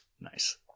Nice